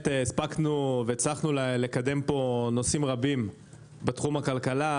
הצלחנו לקדם פה נושאים רבים בתחום הכלכלה,